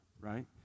Right